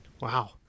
Wow